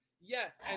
Yes